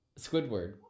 Squidward